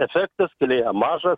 efektas kelyje maža